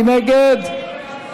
מי נגד?